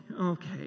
okay